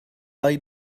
eye